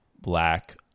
black